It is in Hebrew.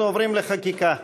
אנחנו עוברים לחקיקה.